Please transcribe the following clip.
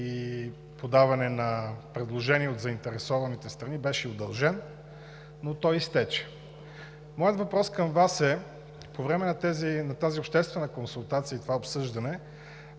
и подаване на предложения от заинтересованите страни беше удължен, но той изтече. Моят въпрос към Вас е – по време на тази обществена консултация и това обсъждане